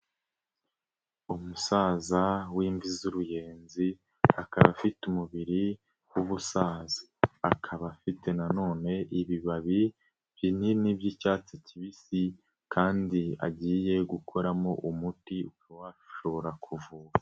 Umusaza w'imvi z'uruyenzi, akaba afite umubiri w'ubusaza . Akaba afite nanone ibibabi binini by'icyatsi kibisi kandi agiye gukoramo umuti ,ugashobora kuvura.